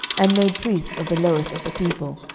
and made priests of the lowest of the people,